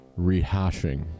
rehashing